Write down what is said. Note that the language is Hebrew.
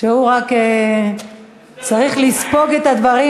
שהוא רק צריך לספוג את הדברים,